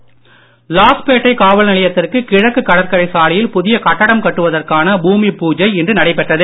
நாராயணசாமி லாஸ்பேட்டை காவல் நிலையத்திற்கு கிழக்கு கடற்கரை சாலையில் புதிய கட்டிடம் கட்டுவதற்கான பூமி பூஜை இன்று நடைபெற்றது